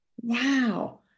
wow